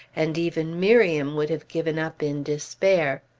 and even miriam would have given up in despair.